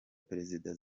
perezida